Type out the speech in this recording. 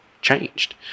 changed